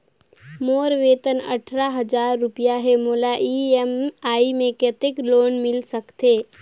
मोर वेतन अट्ठारह हजार रुपिया हे मोला ई.एम.आई मे कतेक लोन मिल सकथे?